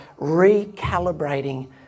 recalibrating